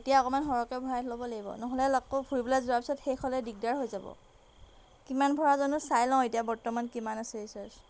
এতিয়া অকণমান সৰহকৈ ভৰাই ল'ব লাগিব নহ'লে আকৌ ফুৰিবলৈ যোৱাৰ পিছত শেষ হ'লে দিগদাৰ হৈ যাব কিমান ভৰাওঁ জানো চাই লওঁ এতিয়া বৰ্তমান কিমান আছে ৰিচাৰ্জ